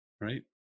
Right